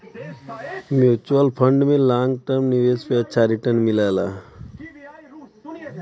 mutual fund में long term निवेश पे अच्छा रीटर्न मिलला